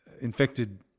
infected